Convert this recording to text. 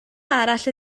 arall